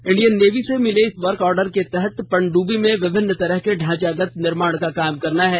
Indian navy से मिले इस वर्क ऑर्डर के तहत पनडुब्बी में विभिन्न तरह के ढांचागत निर्माण का काम करना है